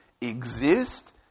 exist